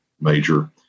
major